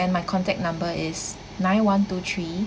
and my contact number is nine one two three